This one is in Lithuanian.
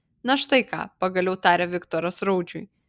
na štai ką pagaliau tarė viktoras raudžiui